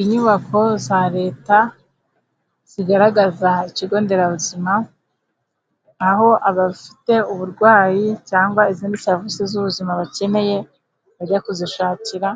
Inyubako za reta zigaragaza ikigonderabuzima, aho abafite uburwayi cyangwa izindi serivise z'ubuzima bacyeneye bajya kuzishakira,